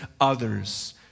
others